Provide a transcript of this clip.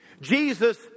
Jesus